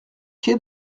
quai